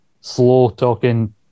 slow-talking